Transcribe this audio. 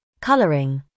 coloring